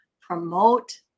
promote